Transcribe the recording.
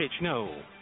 No